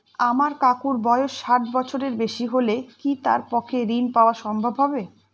আমার কাকুর বয়স ষাট বছরের বেশি হলে কি তার পক্ষে ঋণ পাওয়া সম্ভব হবে?